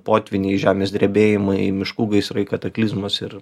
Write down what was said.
potvyniai žemės drebėjimai miškų gaisrai kataklizmos ir